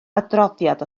adroddiad